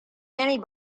many